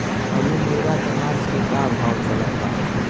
अभी मुर्गा के मांस के का भाव चलत बा?